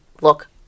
look